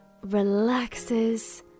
relaxes